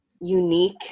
unique